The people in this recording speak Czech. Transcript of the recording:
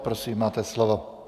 Prosím, máte slovo.